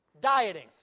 dieting